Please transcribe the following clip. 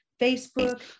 Facebook